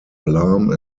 alarm